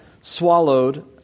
swallowed